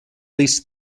least